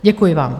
Děkuji vám.